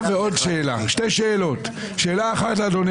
אדוני